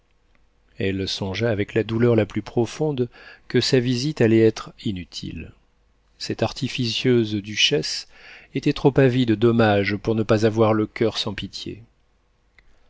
elle songea avec la douleur la plus profonde que sa visite allait être inutile cette artificieuse duchesse était trop avide d'hommages pour ne pas avoir le coeur sans pitié